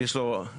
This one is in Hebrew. יש לו אמבטיה?